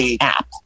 app